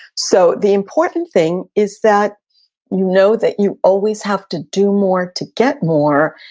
so the important thing is that you know that you always have to do more to get more,